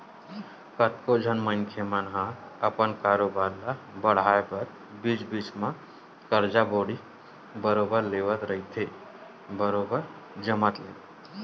कतको झन मनखे मन ह अपन कारोबार ल बड़हाय बर बीच बीच म करजा बोड़ी बरोबर लेवत रहिथे बरोबर जमत ले